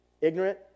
ignorant